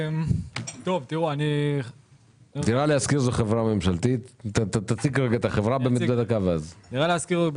אנחנו כמעט שנה עובדים כדי לראות איך אנחנו נותנים איזה